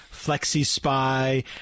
Flexi-Spy